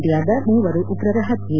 ಇಂಡಿಯಾದ ಮೂವರು ಉಗ್ರರ ಹತ್ಯೆ